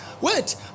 Wait